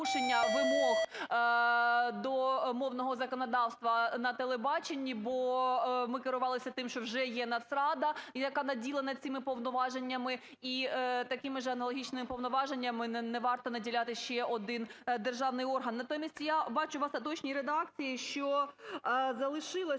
за порушення вимог до мовного законодавства на телебаченні. Бо ми керувалися тим, що вже є Нацрада, яка наділена цими повноваженнями, і такими же аналогічними повноваженнями не варто наділяти ще один державний орган. Натомість я бачу в остаточній редакції, що залишилася